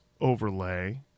overlay